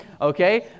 okay